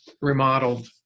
remodeled